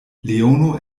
leono